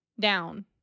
down